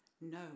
no